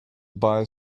buy